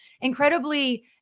incredibly